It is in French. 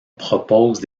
proposent